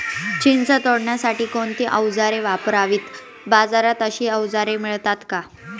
चिंच तोडण्यासाठी कोणती औजारे वापरावीत? बाजारात अशी औजारे मिळतात का?